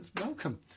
welcome